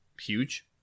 huge